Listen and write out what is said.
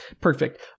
Perfect